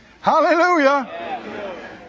Hallelujah